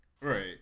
Right